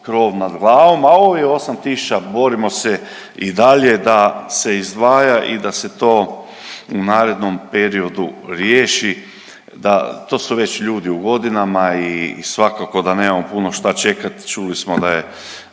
krov nad glavom, a ovih 8 tisuća, borimo se i dalje da se izdvaja i da se to u narednom periodu riješi da, to su već ljudi u godinama i svakako da nemamo puno šta čekati, čuli smo da je